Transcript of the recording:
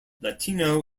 latino